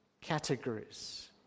categories